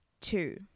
two